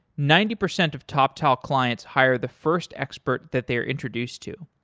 ninety percent of toptal clients hire the first expert that they're introduced to.